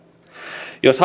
jos